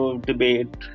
debate